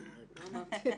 הבת שלי נוסעת.